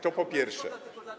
To po pierwsze.